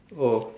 oh